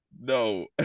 no